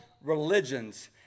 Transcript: religions